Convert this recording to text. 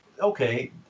okay